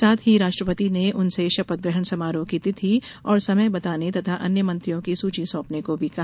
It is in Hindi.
साथ ही राष्ट्रपति ने उनसे शपथ ग्रहण समारोह की तिथि और समय बताने तथा अन्य मंत्रियों की सूची सौंपने को भी कहा